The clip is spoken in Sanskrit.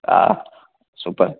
आ सूपर्